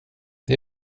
det